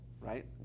Right